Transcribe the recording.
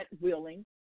willing